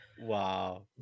Wow